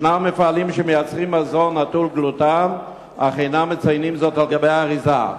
יש מפעלים שמייצרים מזון נטול גלוטן אך אינם מציינים זאת על-גבי האריזה.